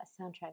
Soundtrack